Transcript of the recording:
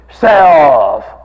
self